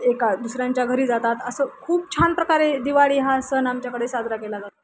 एका दुसऱ्यांच्या घरी जातात असं खूप छान प्रकारे दिवाळी हा सण आमच्याकडे साजरा केला जातो